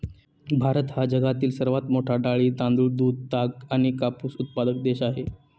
भारत हा जगातील सर्वात मोठा डाळी, तांदूळ, दूध, ताग आणि कापूस उत्पादक देश आहे